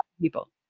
people